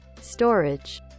storage